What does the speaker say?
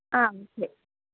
ஆ